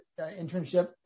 internship